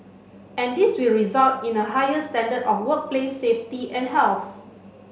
and this will result in a higher standard of workplace safety and health